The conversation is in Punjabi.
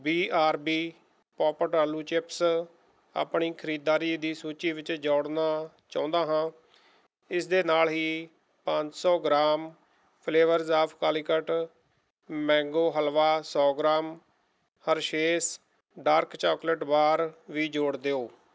ਬੀ ਆਰ ਬੀ ਪੌਪਡ ਆਲੂ ਚਿਪਸ ਆਪਣੀ ਖਰੀਦਦਾਰੀ ਦੀ ਸੂਚੀ ਵਿੱਚ ਜੋੜਨਾ ਚਾਹੁੰਦਾ ਹਾਂ ਇਸ ਦੇ ਨਾਲ ਹੀ ਪੰਜ ਸੌ gram flavours of Calicut mango halwa ਸੌ gram Hershey's dark chocolate bar ਵੀ ਜੋੜ ਦਿਓ